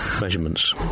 measurements